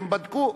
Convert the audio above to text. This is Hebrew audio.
שהם בדקו,